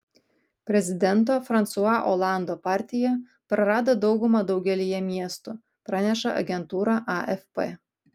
prezidento fransua olando partija prarado daugumą daugelyje miestų praneša agentūra afp